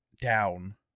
down